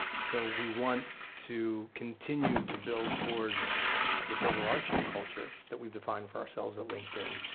so we want to continue to build towards this over-arching culture that we've defined for ourselves at linkedin,